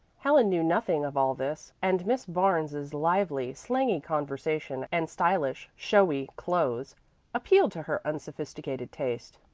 helen knew nothing of all this, and miss barnes's lively, slangy conversation and stylish, showy clothes appealed to her unsophisticated taste.